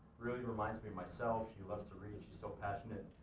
really reminds me of myself, she loves to read, she's so passionate,